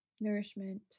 nourishment